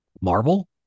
Marvel